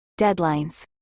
deadlines